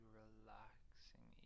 relaxing